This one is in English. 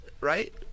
right